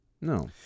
No